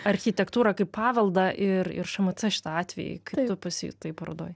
architektūrą kaip paveldą ir ir šmc šitą atvejį kaip tu pasijutai parodoj